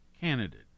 candidate